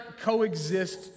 coexist